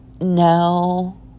No